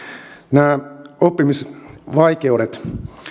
nämä oppimisvaikeudet